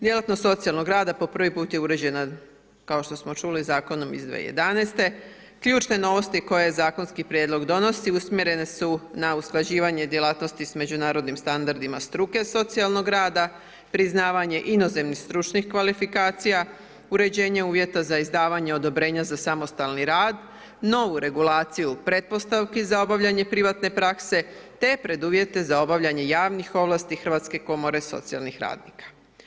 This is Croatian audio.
Djelatnost socijalnog rada po prvi put je uređena, kao što smo čuli zakonom iz 2011. ključne novosti koje zakonski prijedlog donosi usmjerene su na usklađivanje djelatnosti s međunarodnim standardima struke socijalnog rada, priznavanje inozemnih stručnih kvalifikacija, uređenje uvjeta za izdavanje odobrenja za samostalni rad, novu regulaciju pretpostavki za obavljanje privatne prakse te preduvjete za obavljanje javnih ovlasti hrvatske komore socijalnih radnika.